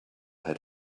had